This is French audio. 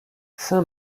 saint